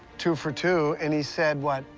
two for two, and he said, what,